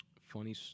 funny